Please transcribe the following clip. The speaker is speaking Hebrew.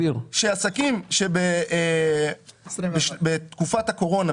עסקים בתקופת הקורונה,